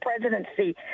presidency